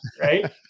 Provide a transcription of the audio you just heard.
right